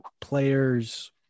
players